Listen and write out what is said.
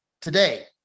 Today